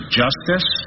justice